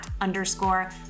underscore